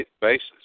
basis